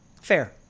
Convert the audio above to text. Fair